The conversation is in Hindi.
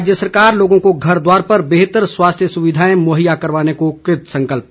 राज्य सरकार लोगों को घर द्वार पर बेहतर स्वास्थ्य सुविधाएं मुहैया करवान को कृतसंकल्प